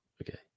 Okay